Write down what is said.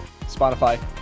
Spotify